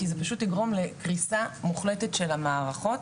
כי זה פשוט יגרום לקריסה מוחלטת של המערכות,